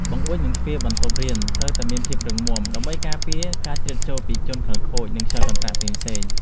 បង្អួចនិងទ្វារបន្ទប់រៀនត្រូវតែមានភាពរឹងមាំ ដើម្បីការពារការជ្រៀតចូលពីជនខិលខូចនិងខ្យល់កន្ត្រាក់ផ្សេងៗ។